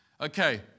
Okay